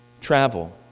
travel